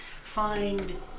find